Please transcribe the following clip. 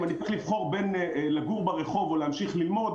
אם אני צריך לבחור בין לגור ברחוב או להמשיך ללמוד,